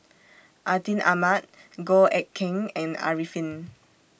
Atin Amat Goh Eck Kheng and Arifin